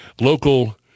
local